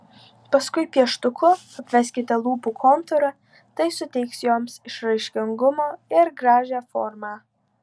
paskui pieštuku apveskite lūpų kontūrą tai suteiks joms išraiškingumo ir gražią formą